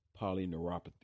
polyneuropathy